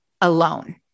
alone